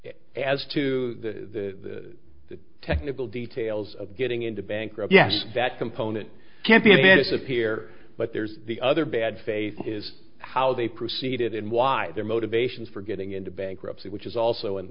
as to the technical details of getting into bankruptcy yes that component can't be offensive here but there's the other bad faith is how they proceeded and why their motivations for getting into bankruptcy which is also in